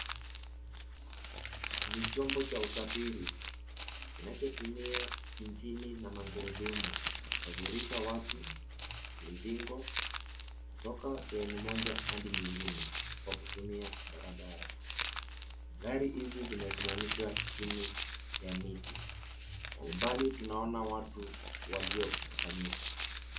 Ni chombo cha usafiri kinachotumia injini na magurudumu kusafirisha watu, mizigo kutoka sehemu moja hadi nyingine kwa kutumia barabara. Gari hizi zimesimamishwa chini ya miti. Kwa umbali tunaona watu waliokusanyika.